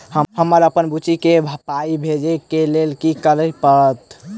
हमरा अप्पन बुची केँ पाई भेजइ केँ लेल की करऽ पड़त?